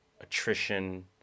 attrition